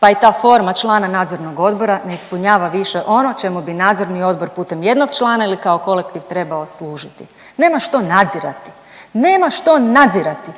pa i ta forma člana nadzornog odbora ne ispunjava više ono čemu bi nadzorni odbor putem jednog člana ili kao kolektiv trebao služiti. Nema što nadzirati, nema što nadzirati